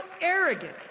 arrogant